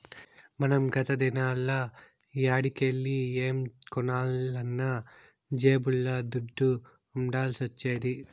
మనం గత దినాల్ల యాడికెల్లి ఏం కొనాలన్నా జేబుల్ల దుడ్డ ఉండాల్సొచ్చేది